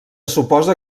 suposa